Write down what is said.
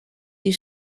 die